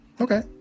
okay